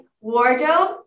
wardrobe